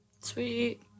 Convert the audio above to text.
Sweet